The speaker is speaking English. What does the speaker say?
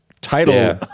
title